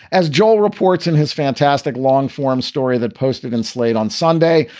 as joel reports in his fantastic long form story that posted in slate on sunday,